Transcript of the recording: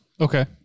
Okay